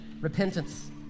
repentance